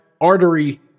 artery